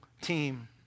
team